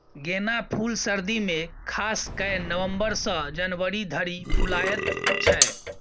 गेना फुल सर्दी मे खास कए नबंबर सँ जनवरी धरि फुलाएत छै